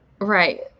Right